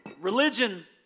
religion